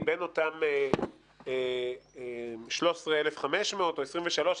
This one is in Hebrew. מבין אותם 13,500 או 23,000,